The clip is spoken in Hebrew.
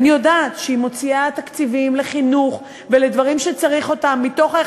אני יודעת שהיא מוציאה תקציבים לחינוך ולדברים שצריך אותם מתוך 1